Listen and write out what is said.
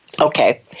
Okay